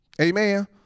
Amen